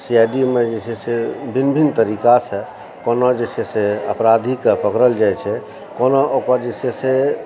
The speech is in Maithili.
सीआइडीमे जे छै से भिन्न भिन्न तरीकासँ कोना जे छै से अपराधीकेँ पकड़ल जाइ छै कोना ओकर जे छै से